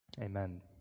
Amen